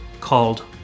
called